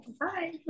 Bye